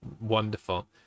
Wonderful